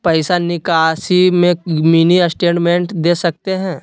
पैसा निकासी में मिनी स्टेटमेंट दे सकते हैं?